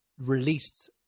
Released